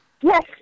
Yes